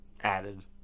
added